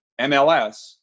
MLS